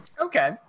Okay